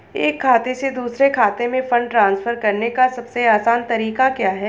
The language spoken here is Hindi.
एक खाते से दूसरे खाते में फंड ट्रांसफर करने का सबसे आसान तरीका क्या है?